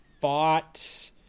fought